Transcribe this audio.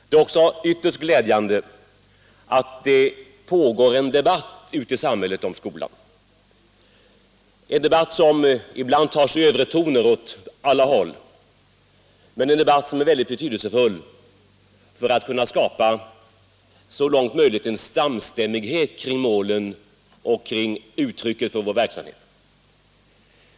Det är också ytterst glädjande att det pågår en debatt ute i samhället om skolan, en debatt som ibland har övertoner åt olika håll, men en debatt som är betydelsefull för den fortsatta reformeringen och förbättringen av skolan.